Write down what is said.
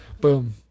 Boom